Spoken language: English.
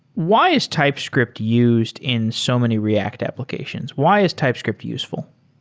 why is typescript used in so many react applications? why is typescript useful?